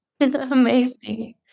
Amazing